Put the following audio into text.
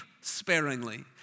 sparingly